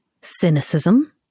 Cynicism